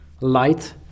light